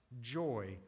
joy